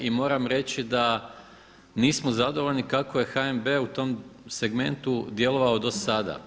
I moram reći da nismo zadovoljni kako je HNB u tom segmentu djelovao do sada.